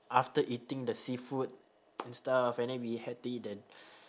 after eating the seafood and stuff and then we had to eat the